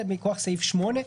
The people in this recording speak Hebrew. היא מכוח סעיף 8,